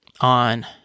on